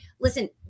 listen